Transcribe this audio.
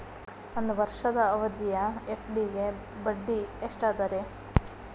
ಒಂದ್ ವರ್ಷದ ಅವಧಿಯ ಎಫ್.ಡಿ ಗೆ ಬಡ್ಡಿ ಎಷ್ಟ ಅದ ರೇ?